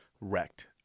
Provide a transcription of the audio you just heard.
wrecked